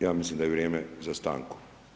Ja mislim da je vrijeme za stanku.